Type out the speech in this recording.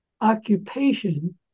occupation